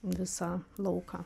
visą lauką